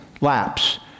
lapse